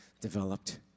developed